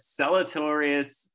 Salatorius